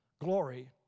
glory